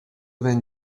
vingt